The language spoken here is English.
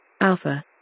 Alpha